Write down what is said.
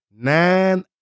Nine